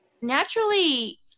naturally